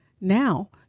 Now